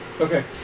Okay